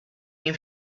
been